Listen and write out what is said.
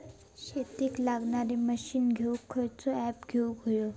शेतीक लागणारे मशीनी घेवक खयचो ऍप घेवक होयो?